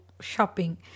shopping